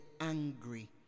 angry